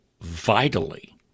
vitally